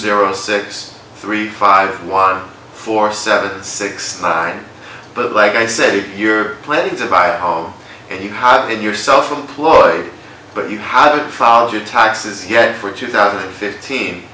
zero six three five one four seven six nine but like i said if you're planning to buy a home and you have your self employed but you haven't filed your taxes yet for two thousand and fifteen